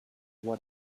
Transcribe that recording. what